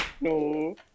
No